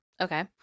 Okay